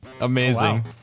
Amazing